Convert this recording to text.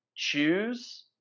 choose